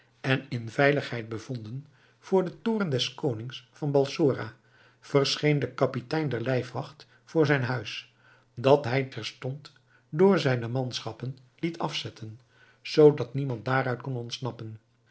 en in veiligheid bevonden voor den toorn des konings van balsora verscheen de kapitein der lijfwacht voor zijn huis dat hij terstond door zijne manschappen liet afzetten zoodat niemand daaruit kon ontsnappen